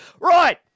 Right